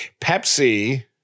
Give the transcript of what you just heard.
Pepsi